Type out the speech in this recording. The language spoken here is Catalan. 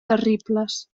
terribles